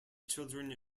children